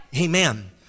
Amen